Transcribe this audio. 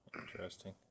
Interesting